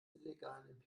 illegalen